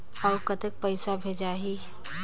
अउ कतेक पइसा भेजाही?